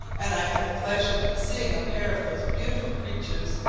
and i had the pleasure of seeing a pair of those beautiful creatures,